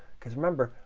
because remember,